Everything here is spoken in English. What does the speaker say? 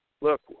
Look